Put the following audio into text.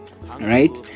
right